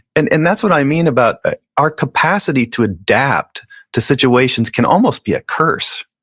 and and that's what i mean about our capacity to adapt to situations can almost be a curse.